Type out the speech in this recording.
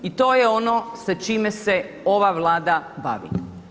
I to je ono sa čime se ova Vlada bavi.